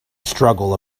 struggle